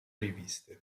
riviste